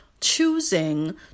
choosing